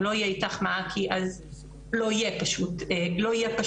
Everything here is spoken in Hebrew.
לא יהיה אית"ך מעכי אז לא יהיה פשוט כזה,